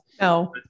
No